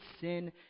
sin